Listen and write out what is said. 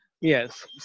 Yes